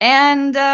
and